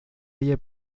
haya